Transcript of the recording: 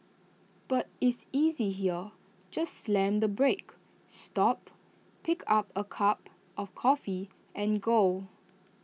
but is easy here just slam the brake stop pick up A cup of coffee and go